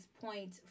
point